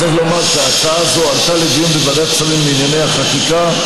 צריך לומר שההצעה הזאת עלתה לדיון בוועדת שרים לענייני החקיקה.